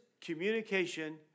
communication